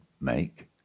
make